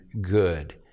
good